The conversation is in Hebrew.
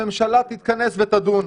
הממשלה תתכנס ותדון.